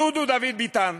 דודו דוד ביטן,